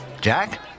Jack